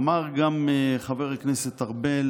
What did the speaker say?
אמר גם חבר הכנסת ארבל